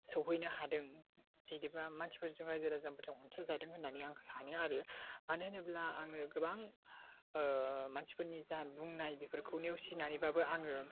सौहैनो हादों बिदिबा मानसिफोरजों राइजो राजाफोरजों अनसाइजादों होन्ना आं सानो आरो मानो होनोब्ला आङो गोबां मानसिफोरनि जा बुंनाय बेफोरखौ नेवसिनानैबाबो आङो